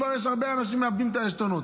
כבר הרבה אנשים שמאבדים את העשתונות.